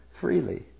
freely